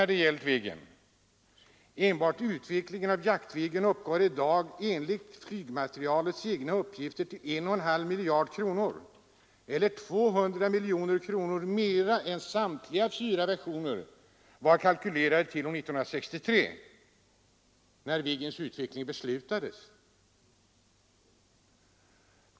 Enbart kostnaderna för utvecklingen av jaktversionen av Viggen uppgår i dag enligt flygvapnets egna uppgifter till en och en halv miljard eller 200 miljoner mer än samtliga fyra versioner var kalkylerade till 1963, när Viggenprojektet beslutades.